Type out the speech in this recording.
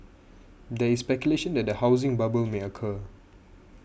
there is speculation that a housing bubble may occur